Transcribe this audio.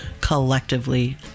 collectively